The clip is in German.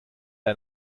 ein